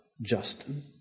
Justin